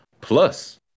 plus